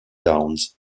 downs